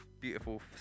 beautiful